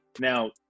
Now